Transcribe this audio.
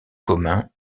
commun